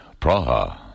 Praha